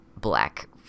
black